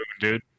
dude